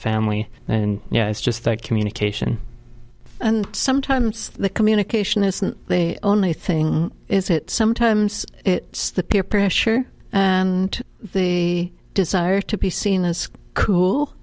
family and you know it's just that communication and sometimes the communication isn't only thing is it sometimes it's the peer pressure and the desire to be seen as cool